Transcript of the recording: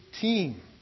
team